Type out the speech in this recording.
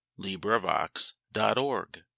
LibriVox.org